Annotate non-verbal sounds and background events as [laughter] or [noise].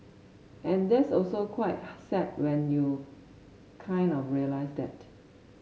and that's also quite [noise] sad when you kind of realise that